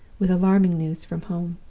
with alarming news from home.